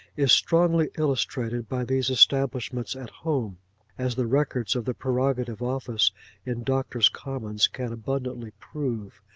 is strongly illustrated by these establishments at home as the records of the prerogative office in doctors' commons can abundantly prove.